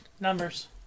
Numbers